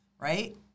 right